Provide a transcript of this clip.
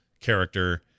character